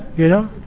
you know?